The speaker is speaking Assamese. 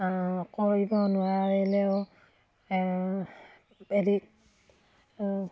কৰিব নোৱাৰিলেও